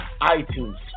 ITunes